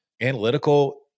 analytical